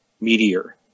meteor